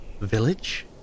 Village